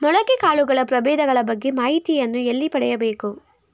ಮೊಳಕೆ ಕಾಳುಗಳ ಪ್ರಭೇದಗಳ ಬಗ್ಗೆ ಮಾಹಿತಿಯನ್ನು ಎಲ್ಲಿ ಪಡೆಯಬೇಕು?